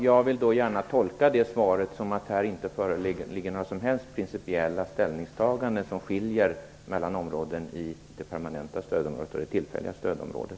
Fru talman! Jag vill tolka det svaret så att det inte föreligger några som helst skiljaktiga principiella ställningstaganden mellan det permanenta stödområdet och det tillfälliga stödområdet.